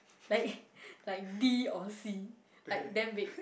like like D or C like damn vague